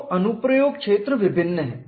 तो अनुप्रयोग क्षेत्र विभिन्न हैं